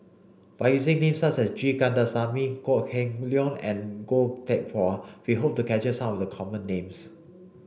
by using names such as G Kandasamy Kok Heng Leun and Goh Teck Phuan we hope to capture some of the common names